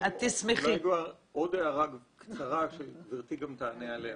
אולי עוד הערה קצרה שגברתי גם תענה עליה,